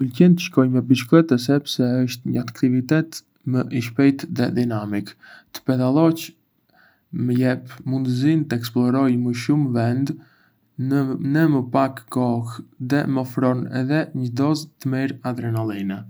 Më pëlqen të shkoj me biçikletë sepse është një aktivitet më i shpejtë dhe dinamik. Të pedalosh më jep mundësinë të eksploroj më shumë vende në më pak kohë dhe më ofron edhé një dozë të mirë adrenaline.